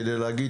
כדי להגיד,